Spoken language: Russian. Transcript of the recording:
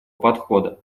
подхода